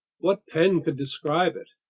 what pen could describe it?